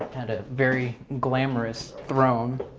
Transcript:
kind of very glamorous throne